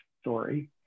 story